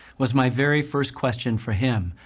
was my very first question for him,